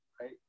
Right